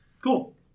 Cool